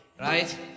right